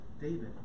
David